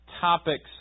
topics